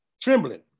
Trembling